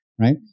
right